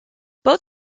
both